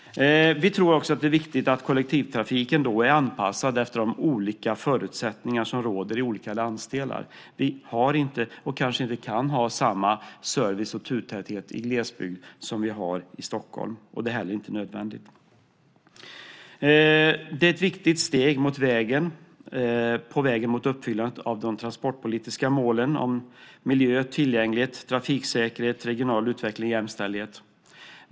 Vi tror också att det är viktigt att kollektivtrafiken är anpassad efter de olika förutsättningar som råder i olika landsdelar. Vi har inte, och kanske inte kan ha, samma service och turtäthet i glesbygd som i Stockholm, och det är heller inte nödvändigt. Detta är ett viktigt steg på vägen mot uppfyllandet av de transportpolitiska målen om miljö, tillgänglighet, trafiksäkerhet, regional utveckling och jämställdhet.